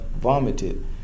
vomited